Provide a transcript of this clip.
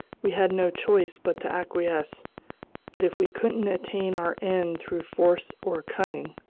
we had no choice but to acquiesce but if we couldn't attain our end through force or cunning,